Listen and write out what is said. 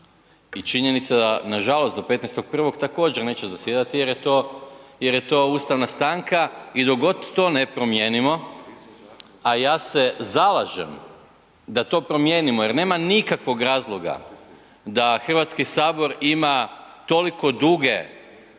I činjenica da nažalost do 15.1. također, neće zasjedati jer je to ustavna stanka i dok god to ne promijenimo, a ja se zalažem da to promijenimo jer nema nikakvog razloga da HS ima toliko duge